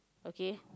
okay